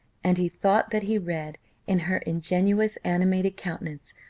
and he thought that he read in her ingenuous, animated countenance,